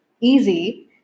easy